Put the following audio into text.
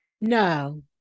No